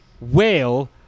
whale